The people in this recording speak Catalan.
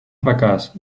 fracàs